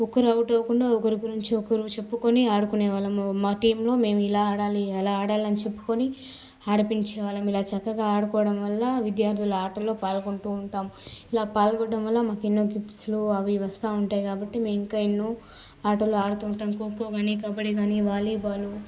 ఒకరు ఔట్ అవ్వకుండా ఒకరు గురించి ఒకరు చెప్పుకుని ఆడుకునే వాళ్ళం మా టీములో మేము ఇలా ఆడాలి అలా ఆడాలి అని చెప్పుకుని ఆడిపించే వాళ్ళం ఇలాగా చక్కగా ఆడుకోవడం వల్ల విద్యార్థులు ఆటలో పాల్గొంటు ఉంటాం ఇలా పాల్గొనడం వల్ల మాకు ఎన్నో గిఫ్ట్సు అవి వస్తా ఉంటాయి కాబట్టి మేము ఇంకా ఎన్నో ఆటలు ఆడుతు ఉంటాం ఖోఖో కానీ కబడ్డీ కానీ వాలీబాలు